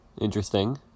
interesting